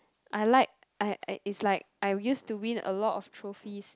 I like I I is like I used to win a lot of trophies